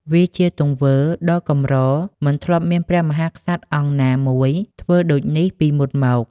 វាជាទង្វើដ៏កម្រមិនធ្លាប់មានព្រះមហាក្សត្រអង្គណាមួយធ្វើដូចនេះពីមុនមក។